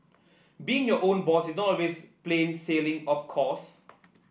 being your own boss is not always plain sailing of course